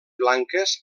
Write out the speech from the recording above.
blanques